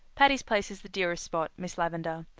patty's place is the dearest spot, miss lavendar.